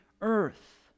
earth